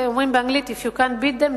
אומרים באנגלית If you can't beat them,